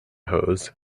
hose